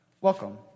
Welcome